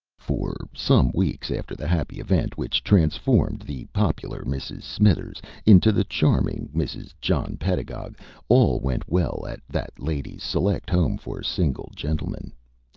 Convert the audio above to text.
for some weeks after the happy event which transformed the popular mrs. smithers into the charming mrs. john pedagog all went well at that lady's select home for single gentlemen.